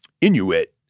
Inuit